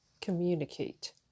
communicate